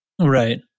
Right